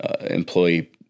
employee